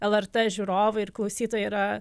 lrt žiūrovai ir klausytojai yra